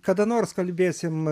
kada nors kalbėsim